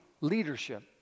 leadership